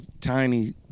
Tiny